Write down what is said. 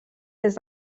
des